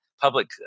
public